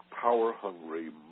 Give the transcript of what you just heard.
power-hungry